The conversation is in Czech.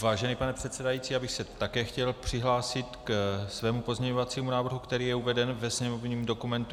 Vážený pane předsedající, já bych se také chtěl přihlásit ke svému pozměňovacímu návrhu, který je uveden ve sněmovním dokumentu 6534.